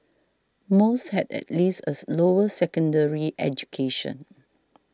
most had at least as lower secondary education